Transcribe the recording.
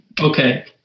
okay